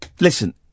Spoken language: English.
Listen